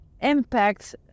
impact